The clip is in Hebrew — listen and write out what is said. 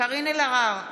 קארין אלהרר,